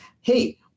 Hey